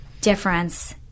difference